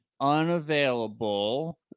unavailable